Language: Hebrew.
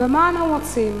ומה אנו מוצאים?